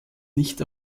nicht